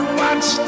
watch